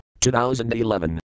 2011